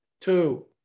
two